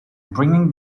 bringing